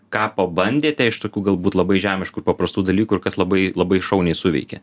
kapo bandėte iš tokių galbūt labai žemiškų ir paprastų dalykų kas labai labai šauniai suveikė